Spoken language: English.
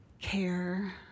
care